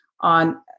on